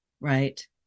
right